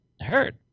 hurt